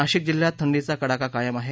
नाशिक जिल्ह्यात थंडीचा कडाका कायम आहे